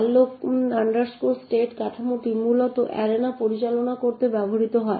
malloc state কাঠামোটি মূলত arena পরিচালনা করতে ব্যবহৃত হয়